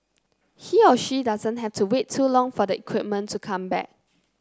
he or she doesn't have to wait too long for the equipment to come back